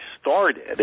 started